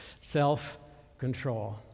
self-control